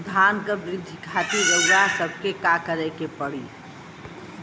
धान क वृद्धि खातिर रउआ सबके का करे के पड़ी?